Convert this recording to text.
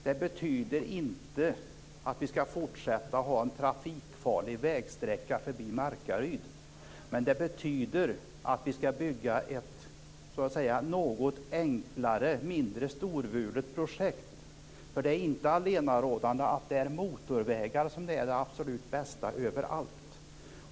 Det betyder inte att vi skall fortsätta att ha en trafikfarlig vägsträcka förbi Markaryd, men det betyder att vi skall bygga ett något enklare och mindre storvulet projekt. Det är inte motorvägar som är allenarådande eller absolut bäst överallt.